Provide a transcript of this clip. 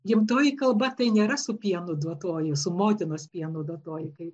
gimtoji kalba tai nėra su pienu duotoji su motinos pienu duotoji kai